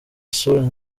isura